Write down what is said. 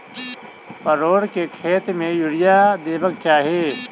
परोर केँ खेत मे यूरिया देबाक चही?